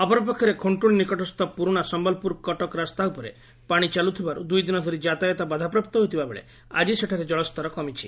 ଅପରପକ୍ଷରେ ଖୁଣ୍ଣୁଶି ନିକଟସ୍ଥ ପୁରୁଶା ସମ୍ୟଲପୁର କଟକ ରାସ୍ତା ଉପରେ ପାଶି ଚାଲୁଥିବାରୁ ଦୁଇ ଦିନ ଧରି ଯାତାୟତ ବାଧାପ୍ରାପ୍ତ ହୋଇଥିବାବେଳେ ଆକି ସେଠାରେ ଜଳସ୍ତର କମିଛି